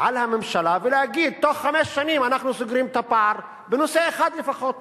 על הממשלה ולהגיד: תוך חמש שנים אנחנו סוגרים את הפער בנושא אחד לפחות.